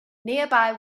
nearby